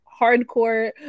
hardcore